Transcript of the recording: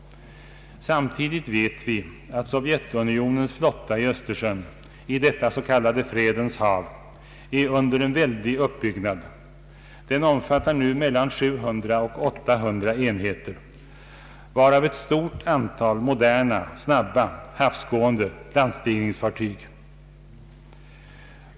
Samtidigt vet vi att Sovjetunionens flotta i Östersjön — i detta s.k. fredens hav — är under väldig utbyggnad. Den omfattar nu mellan 700 och 800 enheter, varav ett stort antal moderna och snabba havsgående landstigningsfartyg.